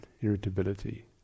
irritability